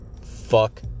Fuck